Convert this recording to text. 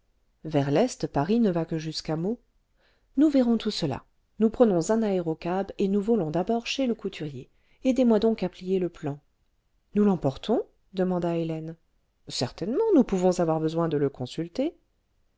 vers l'est paris ne va que jusquà meaux nous verrons tout cela nous prenons un aérocab et nous volons d'abord chez le couturier aidez-moi donc à plier le jflan nous l'emportons demanda hélène certainement nous pouvons avoir besoin de le consulter